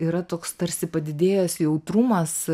yra toks tarsi padidėjęs jautrumas